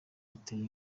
yateye